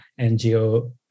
NGO